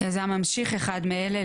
"יזם ממשיך" אחד מאלה,